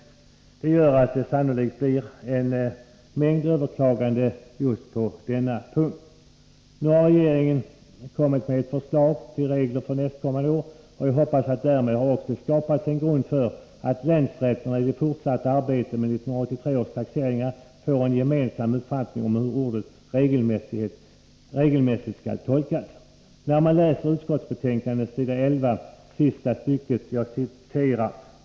Detta gör att det sannolikt blir en mängd överklaganden just på denna punkt. Nu har regeringen kommit med ett förslag till regler för nästkommande år, och jag hoppas att det därmed skapas en grund för att länsrätterna i det fortsatta arbetet med 1983 års taxeringar får en gemensam uppfattning om hur man skall tolka ordet regelmässigt.